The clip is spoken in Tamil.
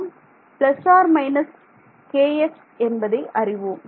நாம் ± kx என்பதை அறிவோம்